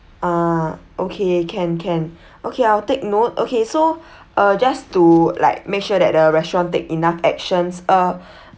ah okay can can okay I will take note okay so uh just to like make sure that the restaurant take enough actions uh